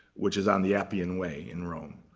which is on the appian way in rome.